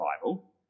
Bible